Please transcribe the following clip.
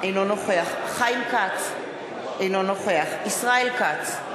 אינו נוכח חיים כץ, אינו נוכח ישראל כץ,